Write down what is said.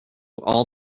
all